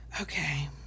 Okay